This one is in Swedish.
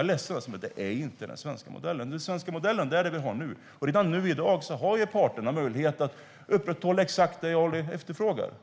är ledsen, men det är inte den svenska modellen. Den svenska modellen är det vi har nu. Redan i dag har parterna möjlighet att upprätthålla exakt det Ali efterfrågar.